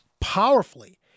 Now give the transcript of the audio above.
powerfully